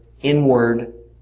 inward